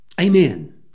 Amen